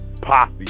posse